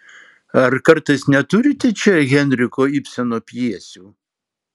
ar kartais neturite čia henriko ibseno pjesių